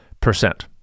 percent